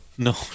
No